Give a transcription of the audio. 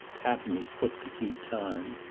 tapping his foot to keep time.